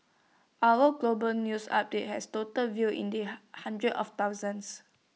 hourly global news updates has total views in the hundreds of thousands